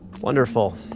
Wonderful